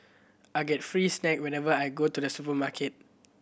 I get free snacks whenever I go to the supermarket